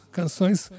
canções